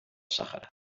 sàhara